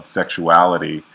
sexuality